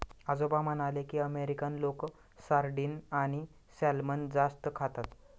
आजोबा म्हणाले की, अमेरिकन लोक सार्डिन आणि सॅल्मन जास्त खातात